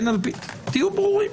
כן על פי תהיו ברורים.